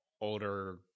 older